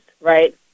right